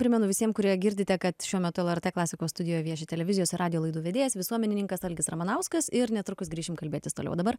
primenu visiem kurie girdite kad šiuo metu lrt klasikos studijoj vieši televizijos radijo laidų vedėjas visuomenininkas algis ramanauskas ir netrukus grįšim kalbėtis toliau o dabar